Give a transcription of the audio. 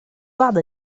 بعض